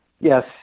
Yes